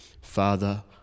Father